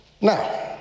Now